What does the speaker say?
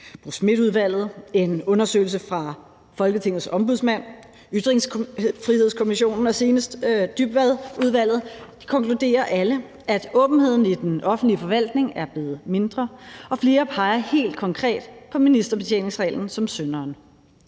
Bo Smith-udvalget, en undersøgelse fra Folketingets Ombudsmand, Ytringsfrihedskommissionen og senest Dybvadudvalget konkluderer alle, at åbenheden i den offentlige forvaltning er blevet mindre, og flere peger helt konkret på ministerbetjeningsreglen som synderen.